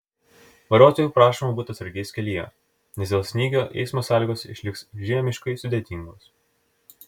vairuotojų prašoma būti atsargiais kelyje nes dėl snygio eismo sąlygos išliks žiemiškai sudėtingos